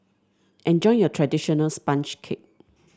enjoy your traditional sponge cake